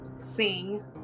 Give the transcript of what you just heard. Sing